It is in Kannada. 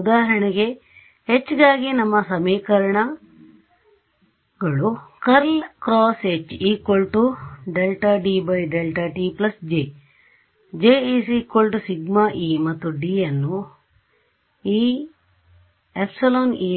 ಉದಾಹರಣೆಗೆ H ಗಾಗಿ ನಮ್ಮ ನವೀಕರಣ ಸಮೀಕರಣಗಳು ∇× H ∂D∂t J J σE ಮತ್ತು D ನ್ನು εE